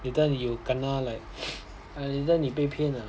later you kena like !aiya! later 你被骗 lah